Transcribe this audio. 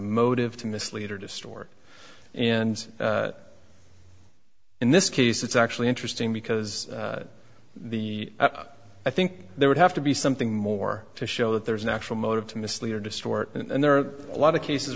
motive to mislead or distort and in this case it's actually interesting because the i think there would have to be something more to show that there is an actual motive to mislead or distort and there are a lot of cases